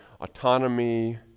autonomy